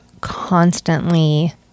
constantly